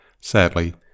Sadly